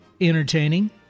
Entertaining